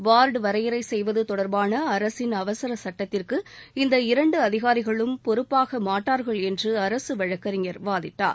ward வரையறை செய்வது தொடர்பான அரசின் அவசர சுட்டத்திற்கு இந்த இரண்டு அதிகாரிகளும் பொறுப்பாக மாட்டார்கள் என்று அரசு வழக்கறிஞர் வாதிட்டார்